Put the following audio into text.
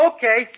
Okay